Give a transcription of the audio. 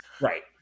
right